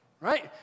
right